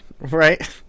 right